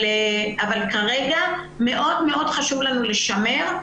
כרגע, מאוד חשוב לנו לשמר.